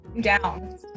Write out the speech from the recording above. down